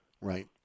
Right